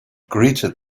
greeted